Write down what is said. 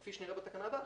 כפי שנראה בתקנה הבאה,